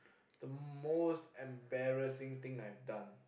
the most embarrassing thing I've done